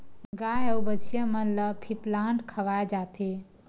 गाय अउ बछिया मन ल फीप्लांट खवाए जाथे